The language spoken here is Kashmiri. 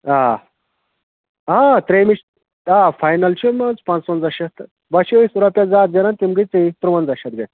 آ آ ترٛیٚیِمہِ آ فاینل چھُ مانژٕ پانٛژونٛزاہ شَتھ تہٕ وۄنۍ چھِ أسۍ رۄپیس زٕ ہتھ زٮ۪نان تِم گٔے ژے تُرٛوَنٛزاہ شَتھ گژھِ